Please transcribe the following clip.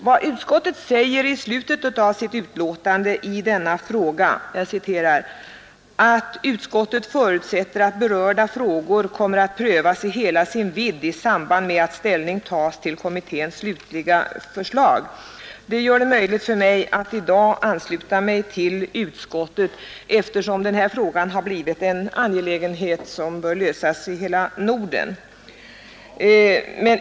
Vad utskottet säger i sitt betänkande i denna fråga, nämligen att utskottet förutsätter ”att berörda frågor kommer att prövas i hela sin vidd i samband med att ställning tas till kommitténs slutgiltiga förslag”, gör det möjligt för mig att i dag ansluta mig till utskottet, eftersom denna fråga har blivit en angelägenhet som bör lösas gemensamt för hela Norden.